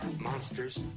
Monsters